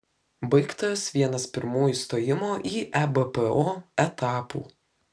baigtas vienas pirmųjų stojimo į ebpo etapų